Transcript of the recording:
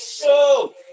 show